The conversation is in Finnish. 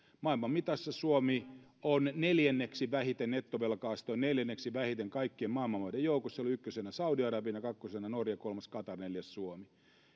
maailman mitassa suomella on neljänneksi vähiten nettovelkaa sitä on neljänneksi vähiten kaikkien maailman maiden joukossa siellä on ykkösenä saudi arabia kakkosena norja kolmantena qatar neljäntenä suomi